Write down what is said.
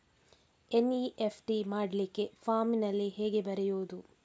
NEFT ಮಾಡ್ಲಿಕ್ಕೆ ಫಾರ್ಮಿನಲ್ಲಿ ಹೇಗೆ ಬರೆಯುವುದು?